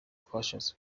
twashatse